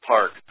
Park